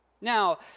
Now